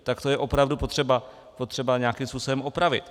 Tak to je opravdu potřeba nějakým způsobem opravit.